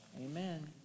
Amen